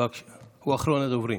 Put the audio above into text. אחרון הדוברים.